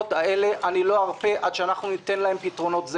לא ארפה עד שניתן לאוכלוסיות הללו מענה.